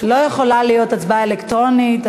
לא יכולה להיות הצבעה אלקטרונית.